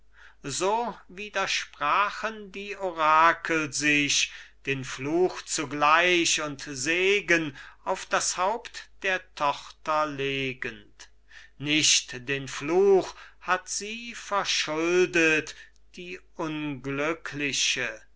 so widersprachen die orakel sich den fluch zugleich und segen auf das haupt der tochter legend nicht den fluch hat sie verschuldet die unglückliche